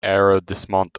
arrondissement